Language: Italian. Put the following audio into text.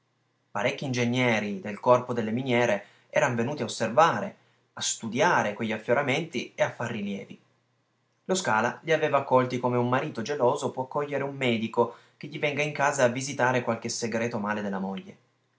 parecchi ingegneri del r corpo delle miniere eran venuti a osservare a studiare quegli affioramenti e a far rilievi lo scala li aveva accolti come un marito geloso può accogliere un medico che gli venga in casa a visitare qualche segreto male della moglie